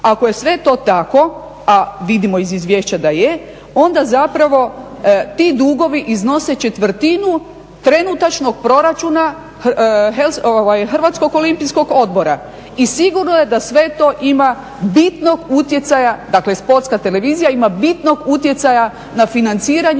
Ako je sve to tako, a vidimo iz izvješća da je, onda zapravo ti dugovi iznose četvrtinu trenutačnog proračuna Hrvatskog olimpijskog odbora i sigurno je da sve to ima bitnog utjecaja, dakle Sportska televizija ima bitnog utjecaja na financiranje